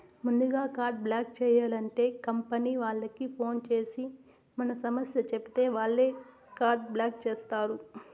ముందుగా card block చేయాలంటే company వాళ్లకి ఫోన్ చేసి మన సమస్య చెప్పితే వాళ్లే కార్డు బ్లాక్ చేస్తారు